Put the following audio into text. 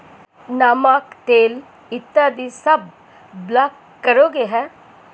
नमक, तेल इत्यादी सब बल्क कार्गो हैं